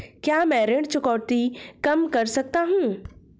क्या मैं ऋण चुकौती कम कर सकता हूँ?